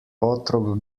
otrok